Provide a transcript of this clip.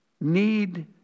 need